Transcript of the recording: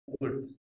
good